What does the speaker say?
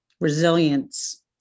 resilience